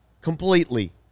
completely